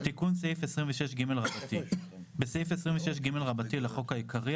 "תיקון סעיף 26ג 3. בסעיף 26ג לחוק העיקרי,